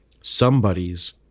somebody's